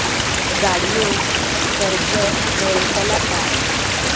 गाडयेक कर्ज मेलतला काय?